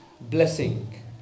Blessing